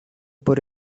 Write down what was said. por